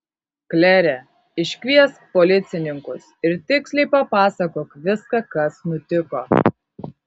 klere iškviesk policininkus ir tiksliai papasakok viską kas nutiko